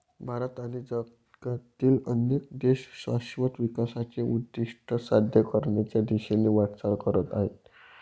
भारत आणि जगातील अनेक देश शाश्वत विकासाचे उद्दिष्ट साध्य करण्याच्या दिशेने वाटचाल करत आहेत